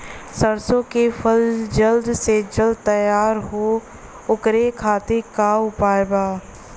सरसो के फसल जल्द से जल्द तैयार हो ओकरे खातीर का उपाय बा?